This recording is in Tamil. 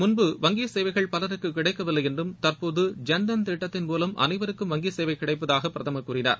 முன்பு வங்கி சேவைகள் பலருக்கு கிடைக்கவில்லை என்றும் தற்போது ஐந்தன் திட்டத்தின் மூலம் அனைவருக்கும் வங்கி சேவை கிடைப்பதாக பிரதமர் கூறிணார்